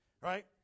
right